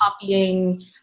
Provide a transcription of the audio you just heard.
copying